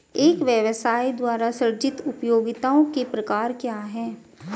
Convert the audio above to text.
एक व्यवसाय द्वारा सृजित उपयोगिताओं के प्रकार क्या हैं?